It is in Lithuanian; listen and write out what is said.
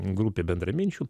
grupė bendraminčių